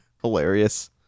Hilarious